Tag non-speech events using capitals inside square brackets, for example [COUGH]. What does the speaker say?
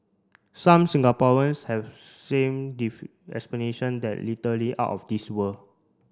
some Singaporeans have same [UNINTELLIGIBLE] explanation that literally out of this world